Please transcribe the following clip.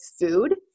food